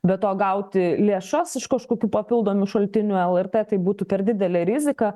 be to gauti lėšas iš kažkokių papildomų šaltinių lrt tai būtų per didelė rizika